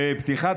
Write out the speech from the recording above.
בפתיחת